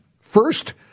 First